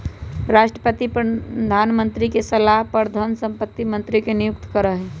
राष्ट्रपति प्रधानमंत्री के सलाह पर धन संपत्ति मंत्री के नियुक्त करा हई